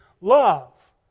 love